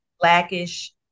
blackish